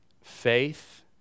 faith